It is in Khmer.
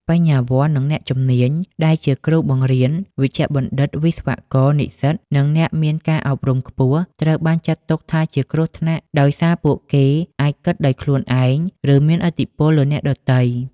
បញ្ញវន្ត និងអ្នកជំនាញ ដែលជាគ្រូបង្រៀន វេជ្ជបណ្ឌិត វិស្វករ និស្សិត និងអ្នកមានការអប់រំខ្ពស់ ត្រូវបានចាត់ទុកថាជាគ្រោះថ្នាក់ ដោយសារពួកគេអាចគិតដោយខ្លួនឯង ឬមានឥទ្ធិពលលើអ្នកដទៃ។